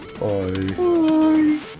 Bye